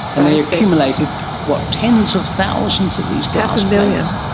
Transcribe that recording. and they accumulated, what, tens of thousands of these? half a million.